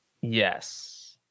yes